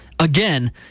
Again